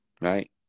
right